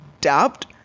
dubbed